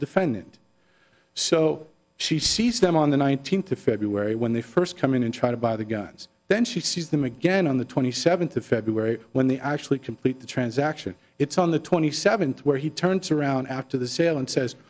the defendant so she sees them on the nineteenth of february when they first come in and try to buy the guns then she sees them again on the twenty seventh of february when they actually complete the transaction it's on the twenty seventh where he turns around after the sale and says